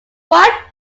what